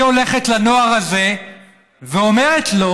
היא הולכת לנוער הזה ואומרת לו: